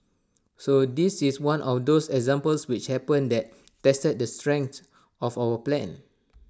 so this is one of those examples which happen that tested the strength of our plan